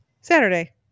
Saturday